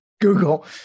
Google